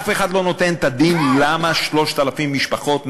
אף אחד לא נותן את הדין למה 3,000 משפחות,